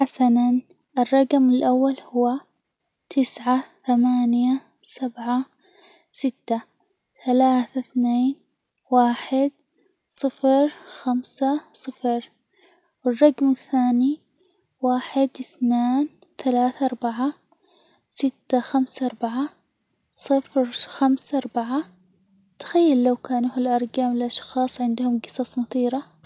حسنًا، الرجم الأول هو تسعة، ثمانية، سبعة، ستة، ثلاثة، اثنان، واحد، صفر، خمسة، صفر، والرقم الثاني هو واحد، اثنان، ثلاثة، أربعة، ستة، خمسة، أربعة، صفر، خمسة، أربعة، تخيل لو كانوا ها الأرجام لأشخاص عندهم جصص مثيرة.